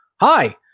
Hi